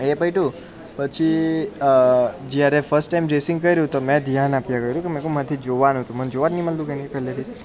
એ પત્યું પછી જ્યારે ફર્સ્ટ ટાઈમ ડ્રેસિંગ કર્યું તો મે ધ્યાન આપ્યા કર્યું કે મે કૂ મેથી જોવાનું હતું મને જોવા જ નહીં મળેલું કે નહીં પહેલેથી જ